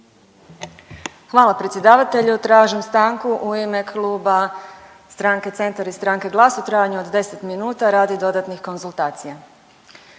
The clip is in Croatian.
Hvala predsjedavatelju. Tražim stanku u ime Kluba stranke Centar i stranke GLAS-a u trajanju od 10 minuta radi dodatnih konzultacija.